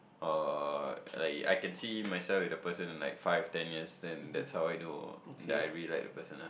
or like I can see myself with the person like five ten minutes then that's how I know that I really like that person ah